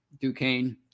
Duquesne